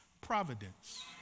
providence